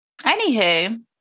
Anywho